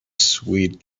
sweet